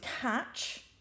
catch